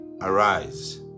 arise